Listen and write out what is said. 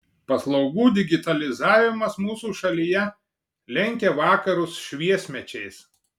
paslaugų digitalizavimas mūsų šalyje lenkia vakarus šviesmečiais